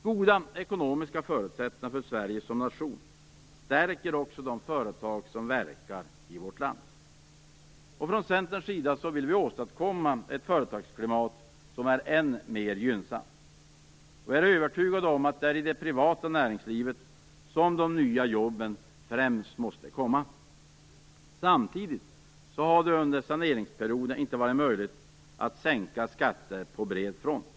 Goda ekonomiska förutsättningar för Sverige som nation stärker också de företag som verkar i vårt land. Vi i Centerpartiet vill åstadkomma ett företagsklimat som är än mer gynnsamt. Vi är övertygade om att det är främst i det privata näringslivet som de nya jobben måste skapas. Samtidigt har det under saneringsperioden inte varit möjligt att sänka skatter på bred front.